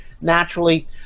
naturally